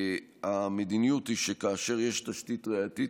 המדיניות היא שכאשר יש תשתית ראייתית,